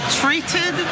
treated